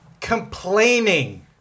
complaining